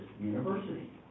university